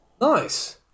Nice